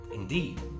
Indeed